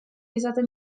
izaten